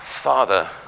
Father